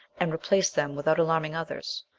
and replace them without alarming others.